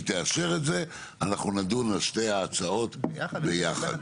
תאשר את זה אנחנו נדון על שתי ההצעות ביחד.